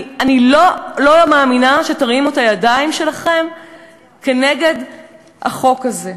אני לא מאמינה שתרימו את הידיים שלכם נגד החוק הזה,